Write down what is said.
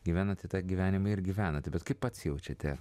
gyvenate tą gyvenime ir gyvenate bet kaip pats jaučiate